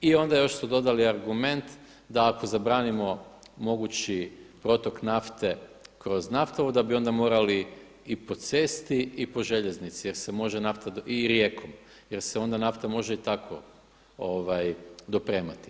I onda još su dodali argument da ako zabranimo mogući protok nafte kroz naftovod da bi onda morali i po cesti i po željeznici jer se može nafta, i rijekom, jer se onda nafta može i tako dopremati.